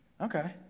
okay